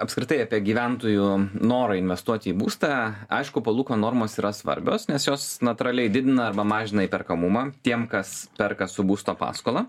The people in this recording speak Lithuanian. apskritai apie gyventojų norą investuoti į būstą aišku palūkanų normos yra svarbios nes jos natūraliai didina arba mažina įperkamumą tiem kas perka su būsto paskola